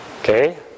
Okay